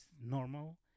normal